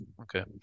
Okay